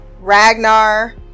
Ragnar